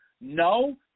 No